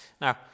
Now